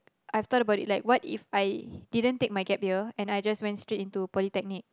I've thought about it like what If I didn't take my gap year and I just went straight into Polytechnic